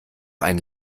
einen